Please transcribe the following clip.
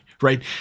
right